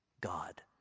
God